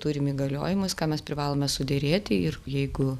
turim įgaliojimais ką mes privalome suderėti ir jeigu